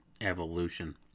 evolution